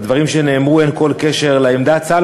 לדברים שנאמרו אין כל קשר לעמדת צה"ל